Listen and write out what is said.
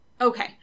Okay